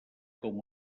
com